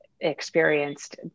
experienced